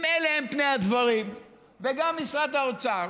אם אלה הם פני הדברים וגם משרד האוצר